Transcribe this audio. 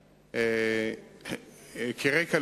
כיום,